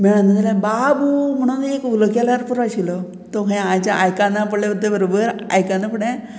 मेळना जाल्यार बाबू म्हणून एक उलो केल्यार पुरो आशिल्लो तो हें आयज आयकना पडलें उद बरोबर आयकना फुडें